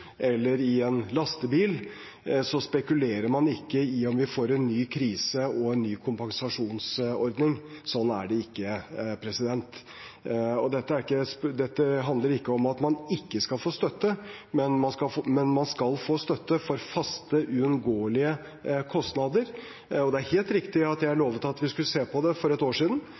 lastebil, spekulerer de ikke i om vi får en ny krise og en ny kompensasjonsordning. Sånn er det ikke. Dette handler ikke om at man ikke skal få støtte, men man skal få støtte for faste, uunngåelige kostnader. Det er helt riktig at jeg lovte at vi skulle se på det for et år siden.